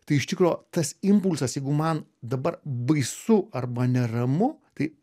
tai iš tikro tas impulsas jeigu man dabar baisu arba neramu tai